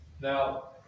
Now